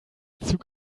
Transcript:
zug